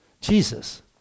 Jesus